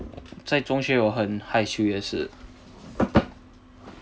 在中学我很害羞也是